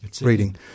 reading